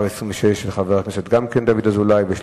שהורידו אותן מהאוטובוס.